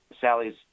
Sally's